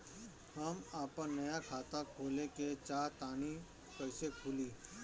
हम आपन नया खाता खोले के चाह तानि कइसे खुलि?